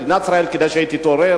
מדינת ישראל, כדאי שהיא תתעורר.